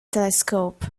telescope